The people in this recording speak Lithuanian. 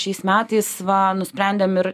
šiais metais va nusprendėm ir